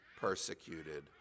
persecuted